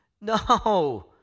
No